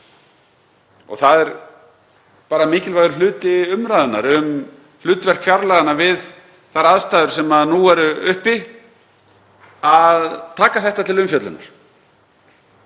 Það er mikilvægur hluti umræðunnar um hlutverk fjárlaga við þær aðstæður sem nú eru uppi að taka þetta til umfjöllunar.